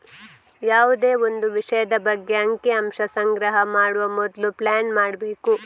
ಯಾವುದೇ ಒಂದು ವಿಷಯದ ಬಗ್ಗೆ ಅಂಕಿ ಅಂಶ ಸಂಗ್ರಹ ಮಾಡುವ ಮೊದ್ಲು ಪ್ಲಾನ್ ಮಾಡ್ಬೇಕು